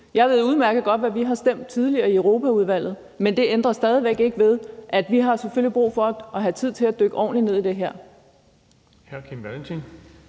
Jeg ved udmærket godt, hvad vi har stemt tidligere i Europaudvalget, men det ændrer stadig væk ikke ved, at vi selvfølgelig har brug for at have tid til at dykke ordentligt ned i det her.